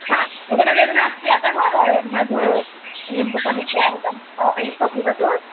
उदरवेदना अस्ति अतः मधु निम्बुकम् इत्यादिकं स्थापयित्वा पिबतु